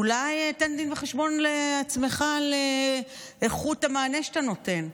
אולי תן דין וחשבון לעצמך על איכות המענה שאתה נותן.